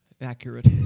accurate